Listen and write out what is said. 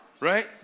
right